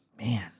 man